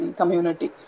community